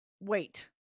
wait